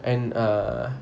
and err